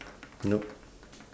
no